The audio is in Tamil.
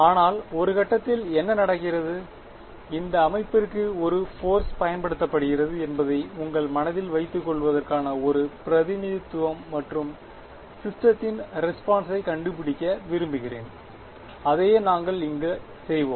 ஆனால் ஒரு கட்டத்தில் என்ன நடக்கிறது இந்த அமைப்பிற்கு ஒரு போர்ஸ் பயன்படுத்தப்படுகிறது என்பதை உங்கள் மனதில் வைத்துக் கொள்வதற்கான ஒரு பிரதிநிதித்துவம் மற்றும் சிஸ்டத்தின் ரெஸ்பான்ஸை கண்டுபிடிக்க விரும்புகிறேன் அதையே நாங்கள் இங்கு செய்வோம்